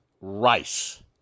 rice